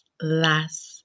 Last